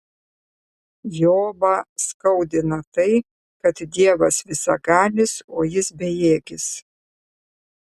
jobą skaudina tai kad dievas visagalis o jis bejėgis